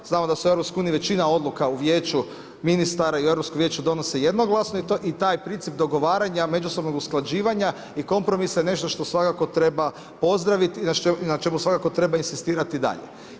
Znamo da se u EU većina odluka u Vijeću ministara i u Europskom vijeću donosi jednoglasno i taj princip dogovaranja međusobnog usklađivanja i kompromisa je nešto što svakako treba pozdraviti i na čemu svakako treba inzistirati i dalje.